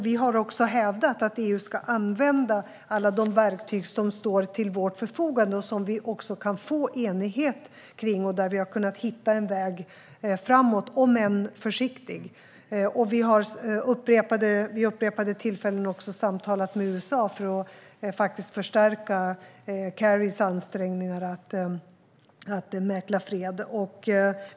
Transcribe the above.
Vi har också hävdat att EU ska använda alla de verktyg som står till dess förfogande - som det går att få enighet kring - där man har kunnat hitta en väg framåt, om än en försiktig sådan. Vi har även vid upprepade tillfällen samtalat med USA för att förstärka Kerrys ansträngningar att mäkla fred.